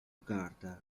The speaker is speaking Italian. carta